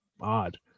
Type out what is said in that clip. odd